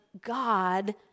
God